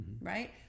right